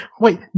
wait